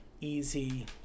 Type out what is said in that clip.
easy